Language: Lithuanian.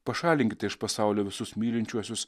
pašalinkite iš pasaulio visus mylinčiuosius